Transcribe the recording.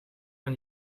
van